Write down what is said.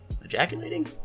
ejaculating